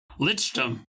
Lichdom